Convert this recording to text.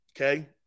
okay